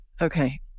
Okay